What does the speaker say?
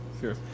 Sure